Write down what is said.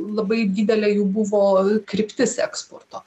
labai didelė jų buvo kryptis eksporto